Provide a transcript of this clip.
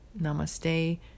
Namaste